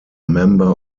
member